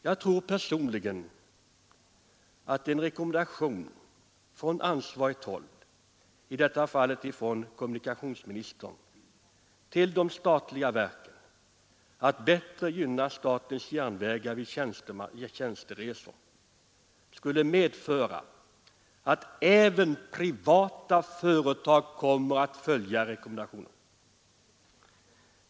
Jag tror personligen att en rekommendation från ansvarigt håll — i detta fall från kommunikationsministern — till de statliga verken att bättre gynna statens järnvägar vid tjänsteresor skulle medföra att även privata företag kom att följa rekommendationen.